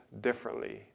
differently